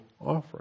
offering